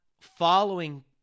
following